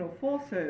forces